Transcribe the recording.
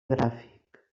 gràfic